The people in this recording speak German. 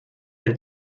ein